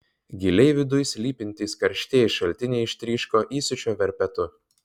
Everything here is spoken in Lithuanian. giliai viduj slypintys karštieji šaltiniai ištryško įsiūčio verpetu